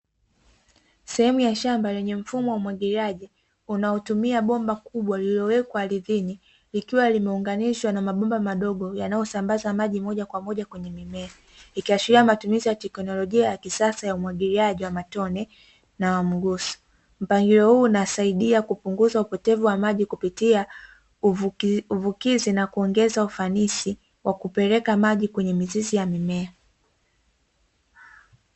Sehemu ya shamba lenye mfumo wa umwagiliaji unaotumia bomba kubwa lililowekwa ardhini, likiwa limeunganishwa na mabomba madogo yanayosambaza maji moja kwa moja kwenye mimea, ikiashiria matumizi ya teknolojia ya kisasa ya umwagiliaji wa matone na mguuso. Mpangilio huu unasaidia kupunguza upotevu wa maji kupitia uvukizi na kuongeza ufanisi wa kupeleka maji kwenye mizizi ya mimea.